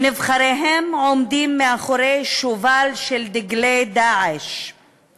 שנבחריהם עומדים מאחורי שובל של דגלי "דאעש";